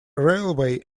railway